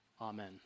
Amen